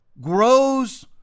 grows